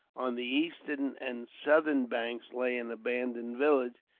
on the eastern and southern banks lay an abandoned village,